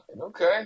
Okay